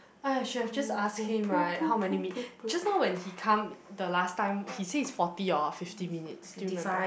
!aiya! should have asked him right how many minute just now when he come the last time he say is forty or fifty minutes do you remember